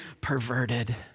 perverted